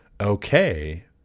okay